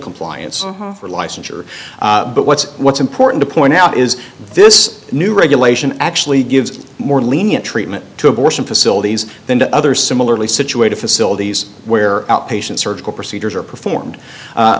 compliance for licensure but what's what's important to point out is this new regulation actually gives more lenient treatment to abortion facilities than to other similarly situated facilities where outpatient surgical procedures are performed